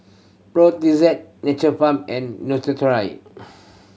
Brotzeit Nature Farm and